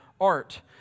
art